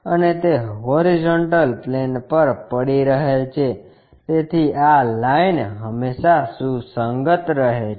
અને તે horizontal plane પર પડી રહેલ છે તેથી આ લાઈન હંમેશાં સુસંગત રહે છે